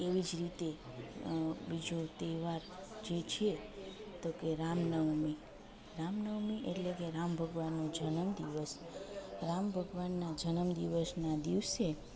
એવી જ રીતે બીજો તહેવાર જે છે તો કે રામ નવમી રામ નવમી એટલે કે રામ ભગવાનનો જનમ દિવસ રામ ભગવાનના જનમ દિવસના દિવસે